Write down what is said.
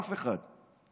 אף אחד.